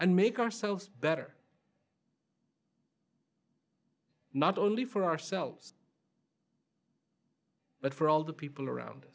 and make ourselves better not only for ourselves but for all the people around